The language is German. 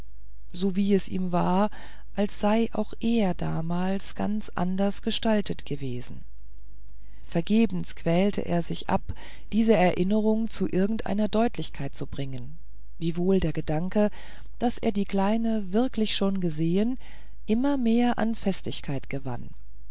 sowie es ihm war als sei auch er damals ganz anders gestaltet gewesen vergebens quälte er sich ab diese erinnerungen zu irgendeiner deutlichkeit zu bringen wiewohl der gedanke daß er die kleine wirklich schon gesehen immer mehr an festigkeit gewann